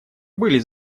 были